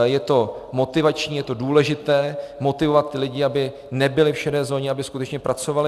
Je to motivační, je důležité motivovat ty lidi, aby nebyli v šedé zóně, aby skutečně pracovali.